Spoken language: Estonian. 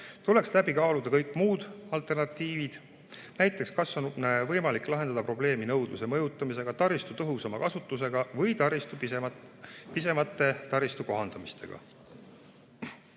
tuleks läbi kaaluda kõik muud alternatiivid, näiteks kas on võimalik seda probleemi lahendada nõudluse mõjutamisega, taristu tõhusama kasutusega või taristu pisemate kohandustega.